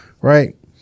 Right